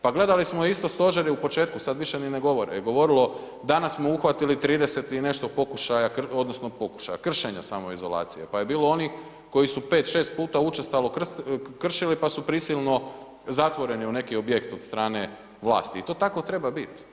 Pa gledali smo isto, stožer je u početku, sad više ni ne govore, danas smo uhvatili 30 i nešto pokušaja odnosno kršenja samoizolacije, pa je bilo onih koji su 5-6 puta učestalo kršili pa su prisilno zatvoreni u neki objekt od strane vlasti i to tako treba biti.